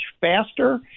faster